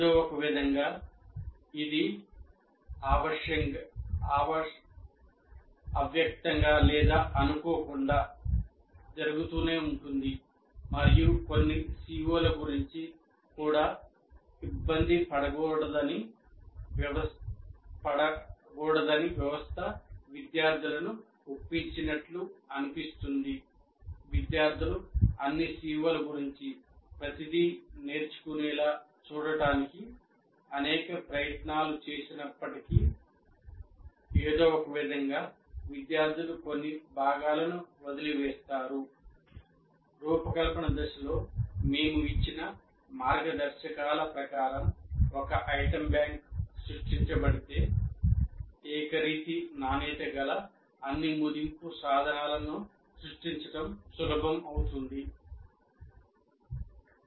ఏదో ఒకవిధంగా ఇది అవ్యక్తంగా లేదా అనుకోకుండా రూపకల్పన దశలో మేము ఇచ్చిన మార్గదర్శకాల ప్రకారం ఒక ఐటెమ్ బ్యాంక్ సృష్టించబడితే ఏకరీతి నాణ్యత గల అన్ని మదింపు సాధనాలను సృష్టించడం సులభం అవుతుంది